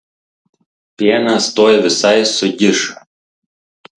pienas tuoj visai sugiš